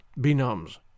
benumbs